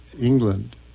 England